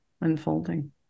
unfolding